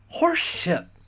horseshit